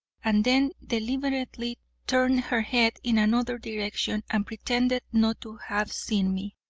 and then deliberately turned her head in another direction, and pretended not to have seen me.